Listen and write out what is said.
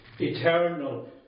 Eternal